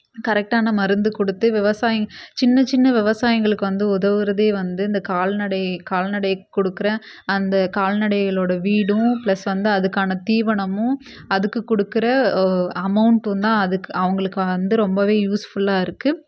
கரெக்டான மருந்து கொடுத்து விவசாயி சின்ன சின்ன விவசாயிகளுக்கு வந்து உதவுகிறதே வந்து இந்த கால்நடை கால்நடை கொடுக்கற அந்த கால்நடைகளோட வீடும் பிளஸ் வந்து அதுக்கான தீவனமும் அதுக்கு கொடுக்கற அமௌன்ட்டும் தான் அதுக்கு அவங்களுக்கு வந்து ரொம்பவே யூஸ்ஃபுல்லாக இருக்குது